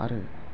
आरो